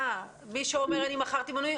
--- מישהו אומר שהוא מכר מינויים.